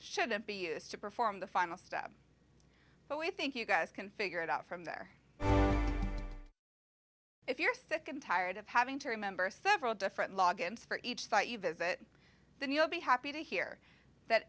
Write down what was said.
ldn't be used to perform the final step but we think you guys can figure it out from there if you're sick and tired of having to remember several different log ins for each site you visit then you'll be happy to hear that